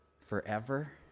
forever